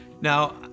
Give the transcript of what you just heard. Now